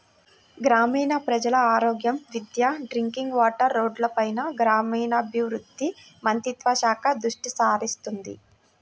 గ్రామీణ ప్రజల ఆరోగ్యం, విద్య, డ్రింకింగ్ వాటర్, రోడ్లపైన గ్రామీణాభివృద్ధి మంత్రిత్వ శాఖ దృష్టిసారిస్తుంది